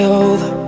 over